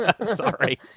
Sorry